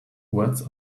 words